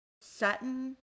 Sutton